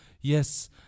Yes